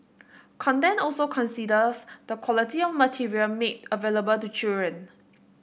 content also considers the quality of material made available to children